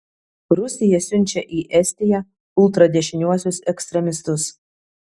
rusija siunčia į estiją ultradešiniuosius ekstremistus